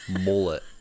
Mullet